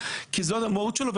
וזה המהות שלו,